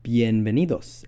Bienvenidos